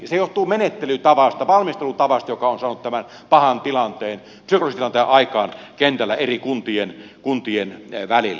se johtuu menettelytavasta valmistelutavasta joka on saanut tämän pahan tilanteen psykologisen tilanteen aikaan kentällä eri kuntien välillä